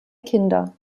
kinder